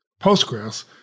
postgres